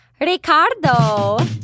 Ricardo